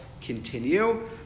continue